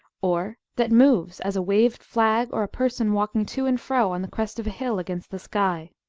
or that moves, as a waved flag or a person walking to and fro on the crest of a hill against the sky.